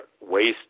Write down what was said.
waste